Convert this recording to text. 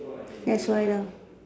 that's why lah